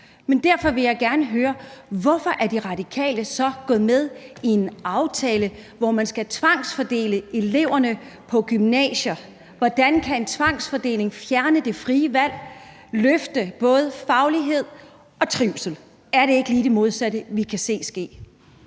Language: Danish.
Derfor vil jeg gerne høre: Hvorfor er De Radikale så gået med i en aftale, hvor man skal tvangsfordele eleverne på gymnasierne? Hvordan kan en tvangsfordeling, der fjerner det frie valg, løfte både faglighed og trivsel? Er det ikke lige det modsatte, vi kan se ske?